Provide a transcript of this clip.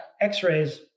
x-rays